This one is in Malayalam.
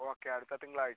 ഓക്കെ അടുത്ത തിങ്കളാഴ്ച്ച